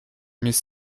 mais